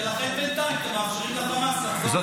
ולכן בינתיים אתם מאפשרים לחמאס לחזור --- זאת